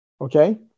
Okay